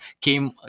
came